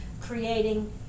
Creating